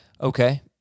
Okay